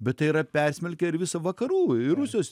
bet tai yra persmelkę ir visą vakarų ir rusijos